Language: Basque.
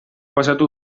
pasatu